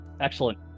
Excellent